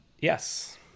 Yes